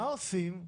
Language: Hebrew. מה עושים?